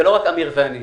זה לא רק אמיר ואני.